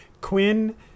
Quinn